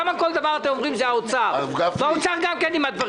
אז לכיוון הזה כן אפשר לשנות